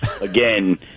again